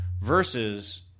versus